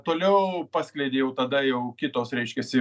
toliau paskleidė jau tada jau kitos reiškiasi